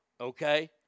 okay